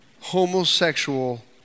homosexual